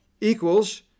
equals